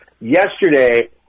Yesterday